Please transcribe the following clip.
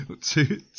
Two